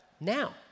now